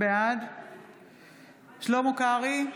בעד שלמה קרעי,